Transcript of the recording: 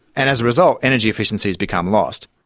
and as a result, energy efficiency's become lost.